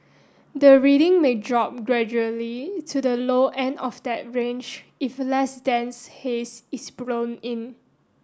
the reading may drop gradually to the low end of that range if less dense haze is blown in